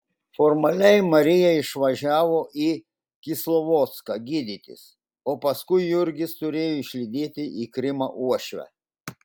formaliai marija išvažiavo į kislovodską gydytis o paskui jurgis turėjo išlydėti į krymą uošvę